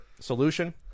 solution